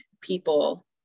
people